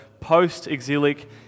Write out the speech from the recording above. post-exilic